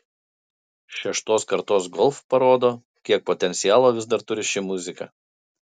šeštos kartos golf parodo kiek potencialo vis dar turi ši muzika